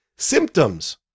symptoms